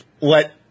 let